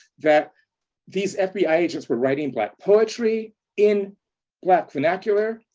that these fbi agents were writing black poetry in black vernacular,